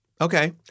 Okay